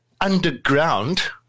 underground